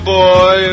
boy